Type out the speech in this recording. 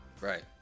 Right